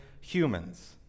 humans